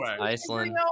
Iceland